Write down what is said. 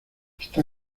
está